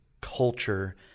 culture